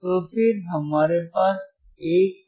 तो फिर हमारे पास 1 है